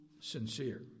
sincere